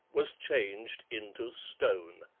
was changed into stone.